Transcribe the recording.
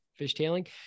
fishtailing